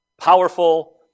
powerful